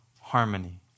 harmony